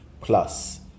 plus